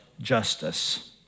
justice